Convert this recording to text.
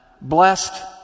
blessed